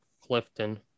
Clifton